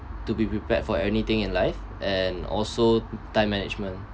to be prepared for anything in life and also time management